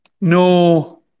no